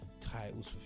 titles